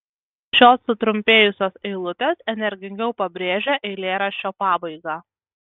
šios sutrumpėjusios eilutės energingiau pabrėžia eilėraščio pabaigą